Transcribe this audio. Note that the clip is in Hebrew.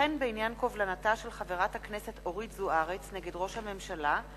וכן בעניין קובלנתה של חברת הכנסת אורית זוארץ נגד ראש הממשלה,